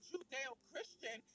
Judeo-Christian